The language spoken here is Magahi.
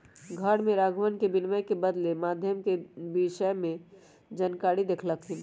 सर ने राघवन के विनिमय के बदलते माध्यम के विषय में जानकारी देल खिन